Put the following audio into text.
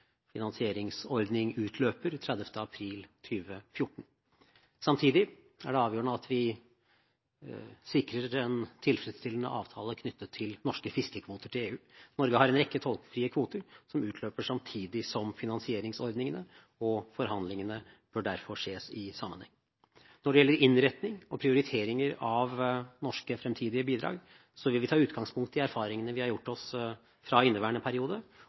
finansieringsordning utløper 30. april 2014. Samtidig er det avgjørende at vi sikrer en tilfredsstillende avtale knyttet til norske fiskekvoter til EU. Norge har en rekke tollfrie kvoter som utløper samtidig som finansieringsordningene, og forhandlingene bør derfor ses i sammenheng. Når det gjelder innretning og prioriteringer av norske fremtidige bidrag, vil vi ta utgangspunkt i erfaringene vi har gjort oss fra inneværende periode